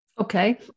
Okay